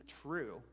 true